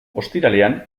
ostiralean